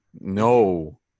No